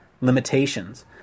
limitations